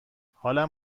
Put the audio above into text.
حالم